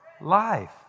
life